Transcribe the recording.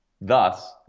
Thus